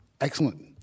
Excellent